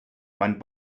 mein